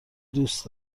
دوست